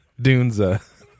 Dunza